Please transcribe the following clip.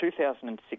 2006